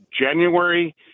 January